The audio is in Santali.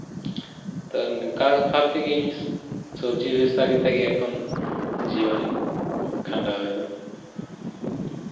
ᱛᱚ ᱱᱚᱝᱠᱟ ᱵᱷᱟᱵ ᱛᱮᱜᱮ ᱤᱧ ᱥᱚᱵᱡᱤ ᱵᱮᱵᱥᱟ ᱠᱟᱛᱮ ᱜᱮ ᱮᱠᱷᱚᱱ ᱫᱚ ᱡᱤᱭᱚᱱᱤᱧ ᱠᱷᱟᱸᱰᱟᱣᱮᱫᱟ